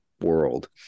world